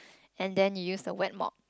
and then you use the wet mop